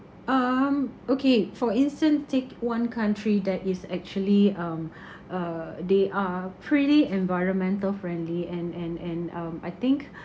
um okay for instance take one country that is actually um uh they are pretty environmental friendly and and and um I think